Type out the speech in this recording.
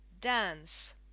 Dance